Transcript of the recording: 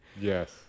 Yes